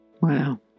Wow